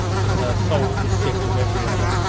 till her soul was sick of every other.